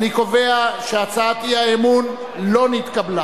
61. אני קובע שהצעת אי-האמון לא נתקבלה.